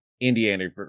Indiana